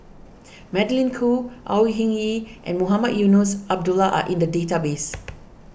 Magdalene Khoo Au Hing Yee and Mohamed Eunos Abdullah are in the database